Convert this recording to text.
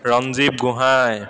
Ranjeev Gohain